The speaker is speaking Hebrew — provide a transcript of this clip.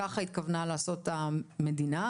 כך התכוונה לעשות הממשלה,